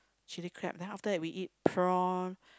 chili crab then after that we eat prawn